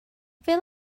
fel